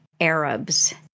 Arabs